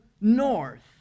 north